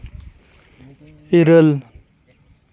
ᱤᱨᱟᱹᱞ